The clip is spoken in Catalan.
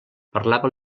parlava